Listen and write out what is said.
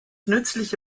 nützliche